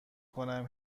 کنم